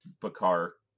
Bakar